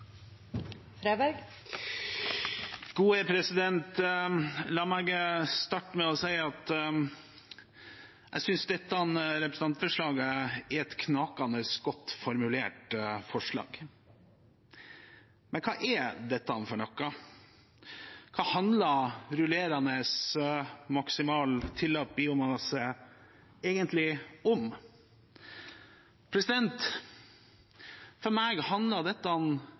et knakende godt formulert forslag. Men hva er dette for noe? Hva handler rullerende maksimal tillatt biomasse egentlig om? For meg handler dette